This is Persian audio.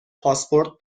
پاسپورت